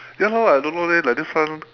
ya no I don't know leh like this one